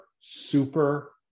super